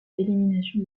élimination